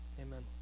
Amen